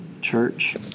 Church